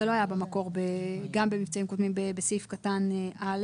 זה לא היה במקור גם במבצעים קודמים בסעיף קטן (א).